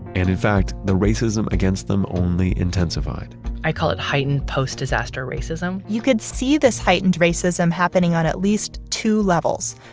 and in fact, the racism against them only intensified i call it heightened post-disaster racism you could see this heightened racism happening on at least two levels.